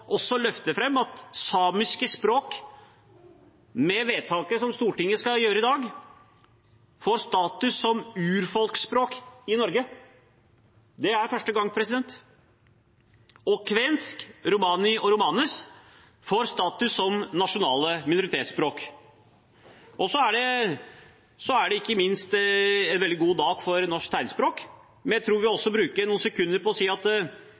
at samiske språk, med vedtaket som Stortinget skal gjøre i dag, får status som urfolksspråk i Norge. Det er første gang. Kvensk, romani og romanes får status som nasjonale minoritetsspråk. Så er det ikke minst en veldig god dag for norsk tegnspråk, men jeg tror jeg også vil bruke noen sekunder på å si at